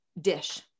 dish